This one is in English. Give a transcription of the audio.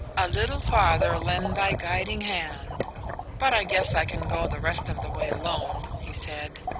a little farther lend thy guiding hand' but i guess i can go the rest of the way alone, he said,